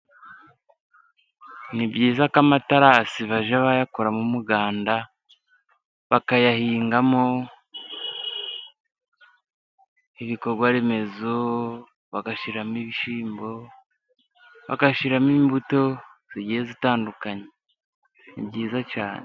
Ni byiza ko amatarasi bajya bayakoramo umuganda, bakayahingamo ibikorwaremezo, bagashyiramo ibishyimbo bagashimo imbuto zigiye zitandukanye ni byiza cyane.